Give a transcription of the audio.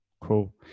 cool